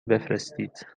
بفرستید